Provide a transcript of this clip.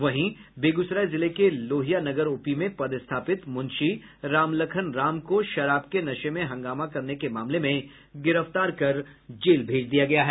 वहीं बेग्सराय जिले के लोहिया नगर ओपी में पदस्थापित मुंशी रामलखन राम को शराब के नशे में हंगामा करने के मामले में गिरफ्तार कर जेल भेज दिया गया है